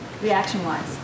reaction-wise